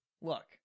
look